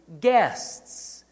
guests